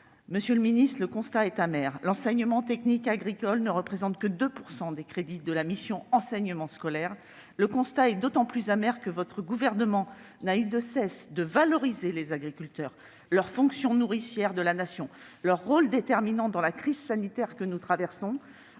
si ce n'est que le constat est amer ? L'enseignement technique agricole ne représente que 2 % des crédits de la mission « Enseignement scolaire ». Amer, le constat l'est d'autant plus que le gouvernement auquel vous appartenez n'a eu de cesse de valoriser les agriculteurs, leur fonction nourricière de la Nation et leur rôle déterminant dans la crise sanitaire que nous traversons.